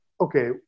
okay